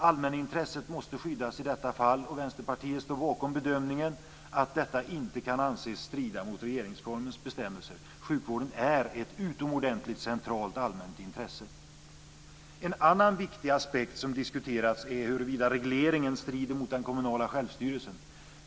Allmänintresset måste skyddas i detta fall, och Vänsterpartiet står bakom bedömningen att detta inte kan anses strida mot regeringsformens bestämmelser. Sjukvården är ett utomordentligt centralt allmänt intresse. En annan viktig aspekt som har diskuterats är huruvida regleringen strider mot den kommunala självstyrelsen.